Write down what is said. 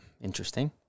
Interesting